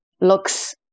looks